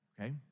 okay